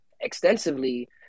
extensively